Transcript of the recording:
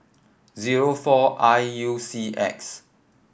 zero four I U C X